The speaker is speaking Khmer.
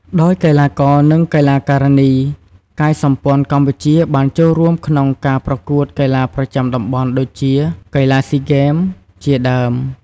ដោយកីឡាករ និង កីឡាការិនីកាយសម្ព័ន្ធកម្ពុជាបានចូលរួមក្នុងការប្រកួតកីឡាប្រចាំតំបន់ដូចជា កីឡាស៊ីហ្គេម (SEA Games) ជាដើម។